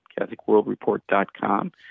catholicworldreport.com